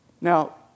now